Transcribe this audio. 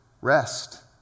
rest